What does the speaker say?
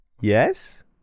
Yes